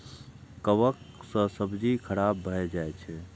कवक सं सब्जी खराब भए जाइ छै